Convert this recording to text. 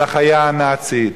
על החיה הנאצית,